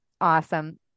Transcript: awesome